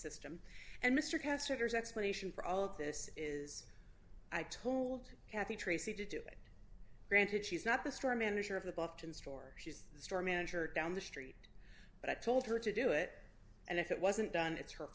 and mr caster's explanation for all of this is i told kathy tracy to do it granted she's not the store manager of the bluffton store she's the store manager down the street but i told her to do it and if it wasn't done it's her